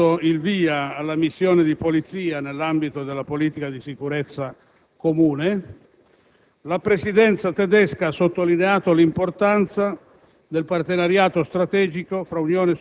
il 12 febbraio, hanno dato il via alla missione di polizia nell'ambito della politica di sicurezza comune. La Presidenza tedesca ha sottolineato l'importanza